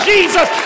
Jesus